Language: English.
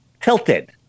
Tilted